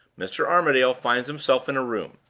mr. armadale finds himself in a room.